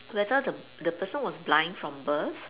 whether the the person was blind from birth